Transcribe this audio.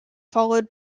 followed